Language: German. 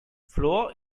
fluor